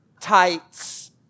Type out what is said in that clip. tights